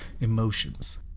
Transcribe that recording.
emotions